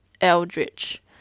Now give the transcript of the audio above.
eldridge